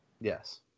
Yes